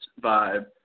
vibe